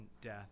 death